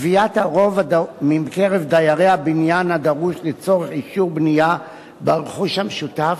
קביעת הרוב מקרב דיירי הבניין הדרוש לצורך אישור בנייה ברכוש המשותף